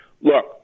look